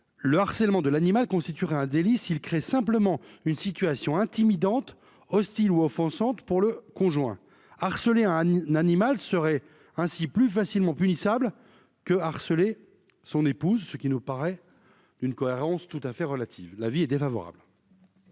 le harcèlement de l'animal, constituerait un délit s'ils créent simplement une situation intimidante, hostile ou offensante pour le conjoint harcelée un animal serait ainsi plus facilement punissable que harceler son épouse ce qui nous paraît une cohérence tout à fait relative, l'avis est défavorable.